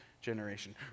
generation